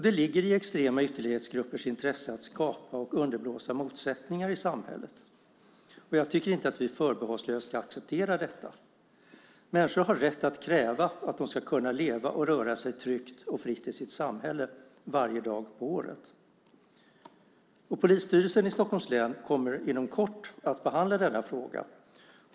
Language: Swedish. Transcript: Det ligger i extrema ytterlighetsgruppers intresse att skapa och underblåsa motsättningar i samhället. Jag tycker inte att vi förbehållslöst ska acceptera detta. Människor har rätt att kräva att de ska kunna leva och röra sig tryggt och fritt i sitt samhälle varje dag på året. Polisstyrelsen i Stockholms län kommer inom kort att behandla denna fråga.